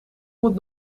moet